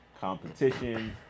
competition